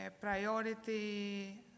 priority